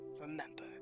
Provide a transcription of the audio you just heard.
Remember